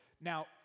Now